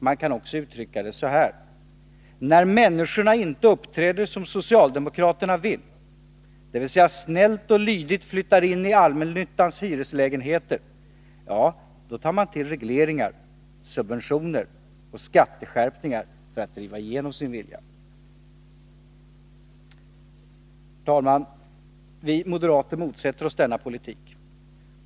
Man kan också uttrycka det så här: När människorna inte uppträder som socialdemokraterna vill, dvs. snällt och lydigt flyttar in i allmännyttans hyreslägenheter, ja, då tar man till regleringar, subventioner och skatteskärpningar för att driva igenom sin vilja. Herr talman! Vi moderater motsätter oss denna politik.